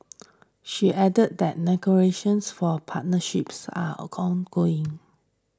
she added that for partnerships are a gone going